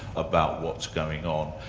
about what's going on.